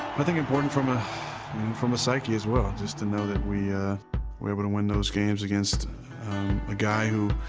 i think important from ah from a psyche as well, just to know that we were able to win those games against a guy who